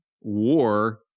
war